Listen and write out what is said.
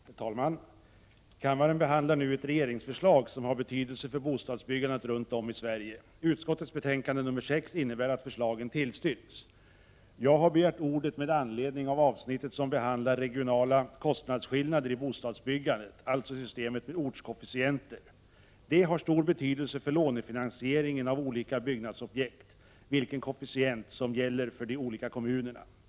Herr talman! Kammaren behandlar nu ett regeringsförslag som har betydelse för bostadsbyggandet runt om i Sverige. Bostadsutskottets betänkande nr 6 innebär att förslaget tillstyrks. Jag har begärt ordet med anledning av avsnittet som behandlar regionala kostnadsskillnader i bostadsbyggandet, alltså systemet med ortskoefficienter. Det har stor betydelse för lånefinansieringen av olika byggnadsobjekt vilken koefficient som gäller för de olika kommunerna.